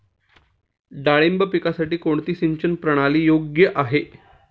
डाळिंब पिकासाठी कोणती सिंचन प्रणाली योग्य आहे?